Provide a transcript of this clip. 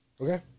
Okay